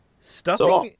Stuffing